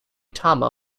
tama